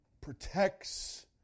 protects